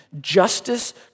justice